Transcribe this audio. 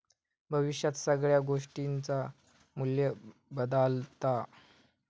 भविष्यात सगळ्या गोष्टींचा मू्ल्य बदालता